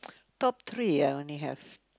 top three I only have